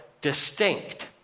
distinct